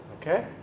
Okay